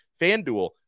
FanDuel